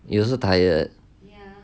you also tired